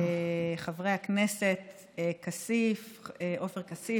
חבר הכנסת עופר כסיף,